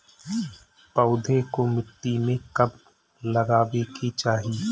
पौधे को मिट्टी में कब लगावे के चाही?